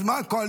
אז מה קואליציה?